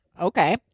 Okay